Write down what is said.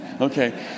Okay